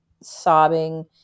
sobbing